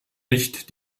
nicht